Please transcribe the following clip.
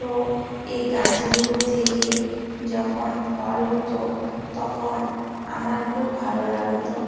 তো এ গাছগুলো থেকে যখন ফল হতো তখন আমার খুব ভালো লাগত